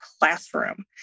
classroom